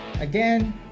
Again